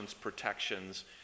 protections